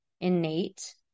innate